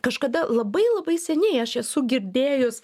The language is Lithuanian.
kažkada labai labai seniai aš esu girdėjus